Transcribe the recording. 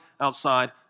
outside